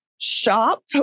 shop